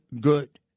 good